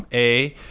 a,